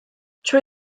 trwy